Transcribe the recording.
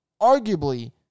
arguably